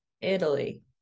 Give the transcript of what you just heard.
Italy